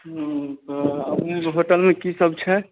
उ तऽ अपनेके होटलमे की सब छै